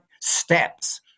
steps